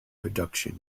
production